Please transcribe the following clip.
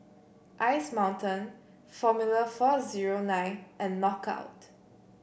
Ice Mountain Formula four zero nine and Knockout